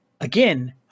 again